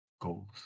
goals